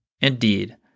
Indeed